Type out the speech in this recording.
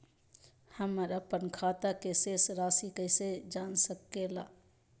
हमर अपन खाता के शेष रासि कैसे जान सके ला?